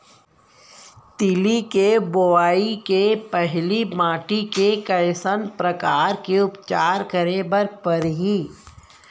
तिलि के बोआई के पहिली माटी के कइसन प्रकार के उपचार करे बर परही?